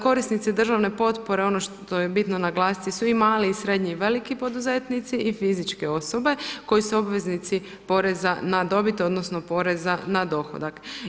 Korisnici državne potpore ono što je bitno naglasiti su i mali i srednji i veliki poduzetnici i fizičke osobe koji su obveznici poreza na dobit odnosno poreza na dohodak.